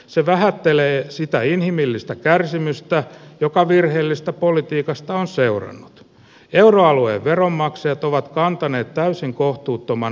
se vähättelee sitä inhimillistä kärsimystä joka virheellistä politiikasta on seurannut euroalueen veronmaksajat ovat kantaneet täysin kohtuuttoman